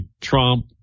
Trump